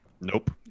Nope